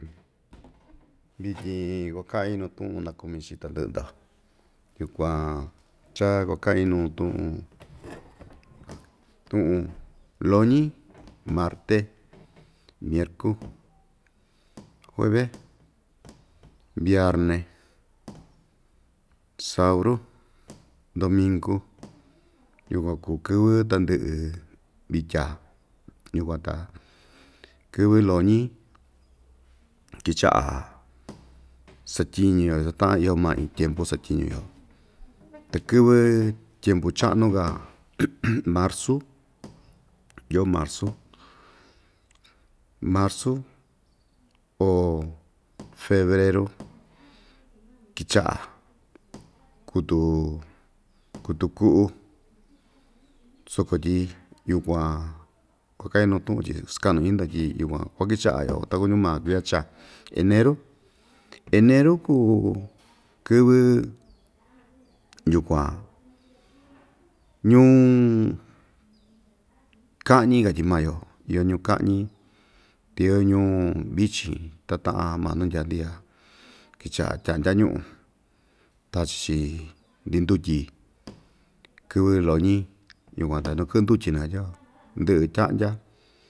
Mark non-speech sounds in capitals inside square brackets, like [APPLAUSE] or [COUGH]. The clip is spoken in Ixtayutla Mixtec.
Vityin kaꞌin nuu tuꞌun nakumi chi tandɨꞌɨ‑ndo, yukuan cha kuaꞌaꞌin nuu tuꞌun tuꞌun loñi, marte, ñerku, jueve, viarne, sauru, domingu yukuan kuu kɨvɨ tandɨꞌɨ vitya yukuan ta kɨvɨ loñi kɨchaꞌa satyiñu‑yo ta taꞌan iyo maa iin tyiempu satyiñu‑yo ta kɨvɨ tyempu chaꞌnu‑ka [NOISE] marzu yoo marzu marzu o febreru kichaꞌa kutu kutu kuꞌu soko tyi yukuan kuakaꞌin nuu tuꞌun tyi sakaꞌnu iñi‑ndi tyi yukuan kuakichaꞌa‑yo takuñu maa kuiya chaa eneru, eneru kuu kɨvɨ yukuan ñuu kaꞌñi katyi maa‑yo iyo ñuu kaꞌñi iyo ñuu vichin ta taꞌan maa nuu ndyaa‑ndi ya kichaꞌa tyaꞌndya ñuꞌu tachi‑chi ndi ndutyi kɨvɨ loñi yukuan ta nuu kɨꞌɨ ndutyi nakatyi‑yo ndiꞌi tyaꞌndya.